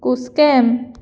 कुसकें